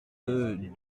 deux